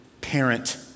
parent